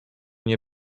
nie